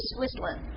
Switzerland